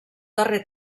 darrer